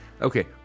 Okay